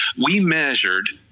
we measured